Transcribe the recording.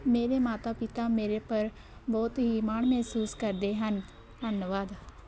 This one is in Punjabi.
ਮੇਰੇ ਮਾਤਾ ਪਿਤਾ ਮੇਰੇ ਉੱਪਰ ਬਹੁਤ ਹੀ ਮਾਣ ਮਹਿਸੂਸ ਕਰਦੇ ਹਨ ਧੰਨਵਾਦ